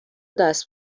دست